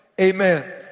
Amen